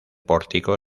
pórtico